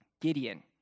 Gideon